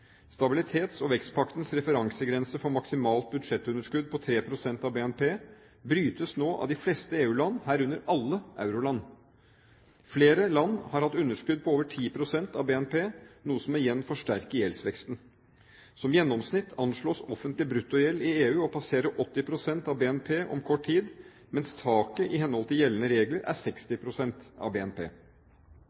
Stabilitets- og vekstpaktens referansegrense for maksimalt budsjettunderskudd, på 3 pst. av BNP, brytes nå av de fleste EU-land, herunder alle euroland. Flere land har hatt underskudd på over 10 pst. av BNP, noe som igjen forsterker gjeldsveksten. Som gjennomsnitt anslås offentlig bruttogjeld i EU å passere 80 pst. av BNP om kort tid, mens taket i henhold til gjeldende regler er 60 pst. av BNP.